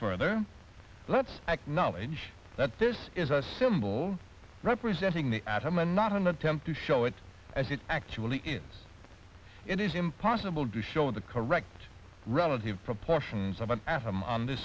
further let's acknowledge that this is a symbol representing the atom and not an attempt to show it as it actually is it is impossible to show the correct relative proportions of an atom on the